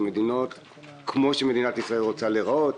מדינות כמו שמדינת ישראל רוצה להיראות,